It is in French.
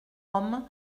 homme